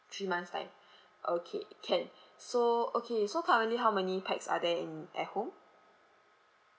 three months' time okay can so okay so currently how many pax are there in at home